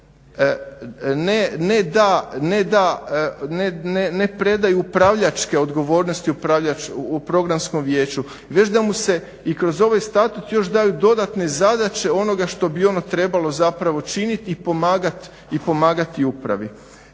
da se malo više ne predaju upravljačke odgovornosti u programskom vijeću već da mu se i kroz ovaj statut još daju dodatne zadaće onoga što bi ono trebalo činiti i pomagati upravi.